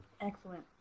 Excellent